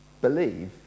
believe